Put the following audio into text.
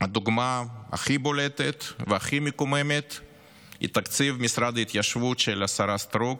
הדוגמה הכי בולטת והכי מקוממת היא תקציב משרד ההתיישבות של השרה סטרוק,